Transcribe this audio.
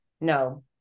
no